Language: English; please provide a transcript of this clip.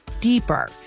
deeper